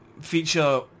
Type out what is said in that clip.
feature